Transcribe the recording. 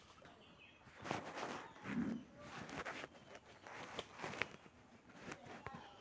माका कमीत कमी टक्क्याच्या व्याज दरान कर्ज मेलात काय?